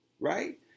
right